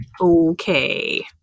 Okay